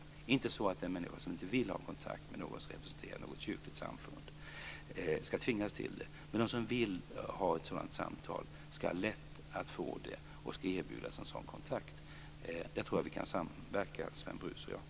Det är inte så att en människa som inte vill ha kontakt med någon som representerar något kyrkligt samfund ska tvingas till det, men de som vill ha ett sådant samtal ska ha lätt att få det och ska erbjudas en sådan kontakt. Där tror jag att vi kan samverka, Sven Brus och jag.